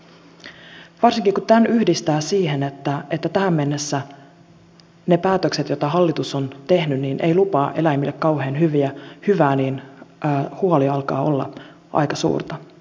varsinkin kun tämän yhdistää siihen että tähän mennessä ne päätökset joita hallitus on tehnyt eivät lupaa eläimille kauhean hyvää huoli alkaa olla aika suurta